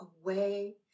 away